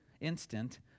instant